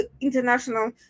international